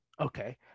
Okay